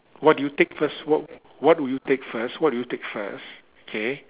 what do you take first what what would you take first what do you first okay